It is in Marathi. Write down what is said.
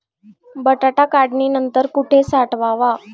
बटाटा काढणी नंतर कुठे साठवावा?